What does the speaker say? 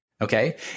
Okay